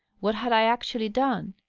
what had i actually done?